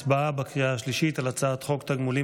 הצבעה בקריאה השלישית על הצעת חוק תגמולים